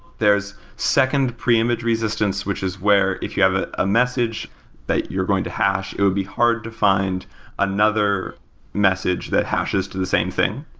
there's second preimage resistance, which is where if you have a ah message that you're going to hash, it would be hard to find another message that hashes to the same thing.